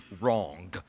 wrong